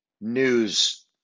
news